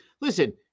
Listen